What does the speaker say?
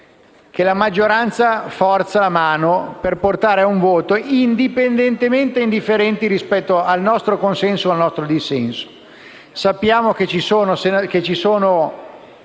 la maggioranza forza la mano per portare a un voto, indipendentemente e indifferentemente dal nostro consenso o dissenso.